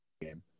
game